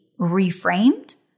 reframed